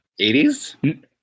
80s